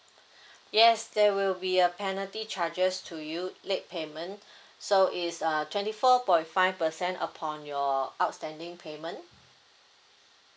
yes there will be a penalty charges to you late payment so it's uh twenty four point five percent upon your outstanding payment